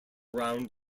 round